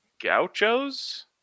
gauchos